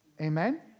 Amen